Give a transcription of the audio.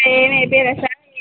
ఏం ఏయిపీయలేదు సార్